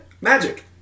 Magic